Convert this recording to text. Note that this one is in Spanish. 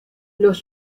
los